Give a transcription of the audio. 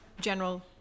general